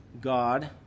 God